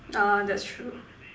ah that's true